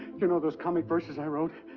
you know those comic verses i wrote?